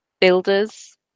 builders